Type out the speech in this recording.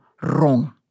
wrong